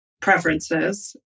preferences